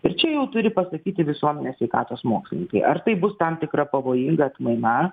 ir čia jau turi pasakyti visuomenės sveikatos mokslininkai ar tai bus tam tikra pavojinga atmaina